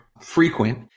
frequent